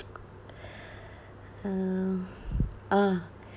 uh ah